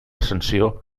sanció